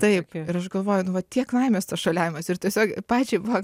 taip ir aš galvoju nu va tiek laimės tas šuoliavimas ir tiesiog pačiai buvo